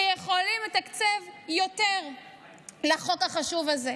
ויכולים לתקצב יותר לחוק החשוב הזה.